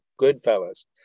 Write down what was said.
Goodfellas